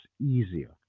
easier